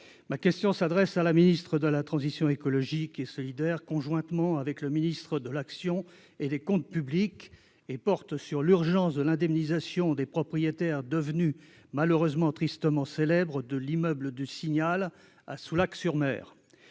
ma question s'adresse à la fois à la ministre de la transition écologique et solidaire et au ministre de l'action et des comptes publics. Elle porte sur l'urgence de l'indemnisation des propriétaires, devenus malheureusement tristement célèbres, de l'immeuble du Signal à Soulac-sur-Mer.